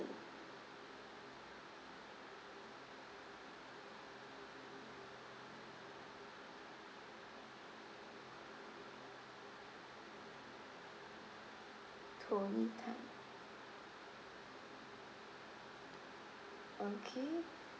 tony tan okay